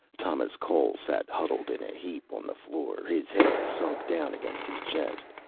thomas cole sat huddled in a heap on the floor, his head sunk down against his chest.